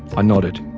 i nodded.